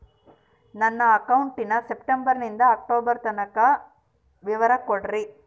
ನನ್ನ ಅಕೌಂಟಿನ ಸೆಪ್ಟೆಂಬರನಿಂದ ಅಕ್ಟೋಬರ್ ತನಕ ವಿವರ ಕೊಡ್ರಿ?